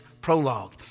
prologue